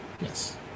Yes